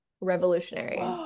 revolutionary